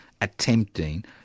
attempting